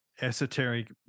esoteric